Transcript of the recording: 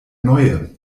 neue